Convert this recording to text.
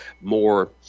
more